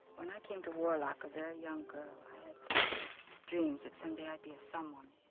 when i came to warlock, a very young girl i had dreams that someday, i'd be someone.